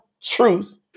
truth